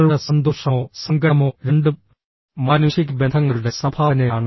നിങ്ങളുടെ സന്തോഷമോ സങ്കടമോ രണ്ടും മാനുഷിക ബന്ധങ്ങളുടെ സംഭാവനയാണ്